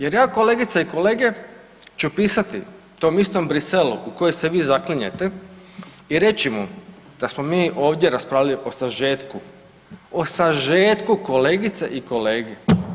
Jer ja kolegice i kolege ću pisati tom istom Briselu u koji se vi zaklinjete i reći mu da smo mi ovdje raspravljali o sažetku, o sažetku kolegice i kolege.